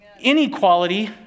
inequality